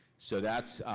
so that's.